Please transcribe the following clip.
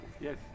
Yes